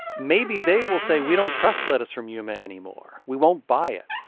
maybe they will say, we don't trust lettuce from yuma anymore we won't buy it.